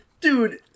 Dude